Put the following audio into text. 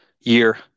year